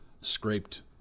scraped